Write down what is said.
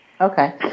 Okay